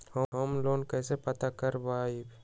Home loan कैसे pass कर बाबई?